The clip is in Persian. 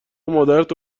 مادرتو